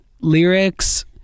lyrics